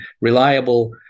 reliable